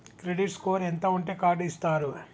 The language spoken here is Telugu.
క్రెడిట్ స్కోర్ ఎంత ఉంటే కార్డ్ ఇస్తారు?